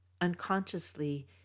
Unconsciously